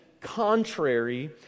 contrary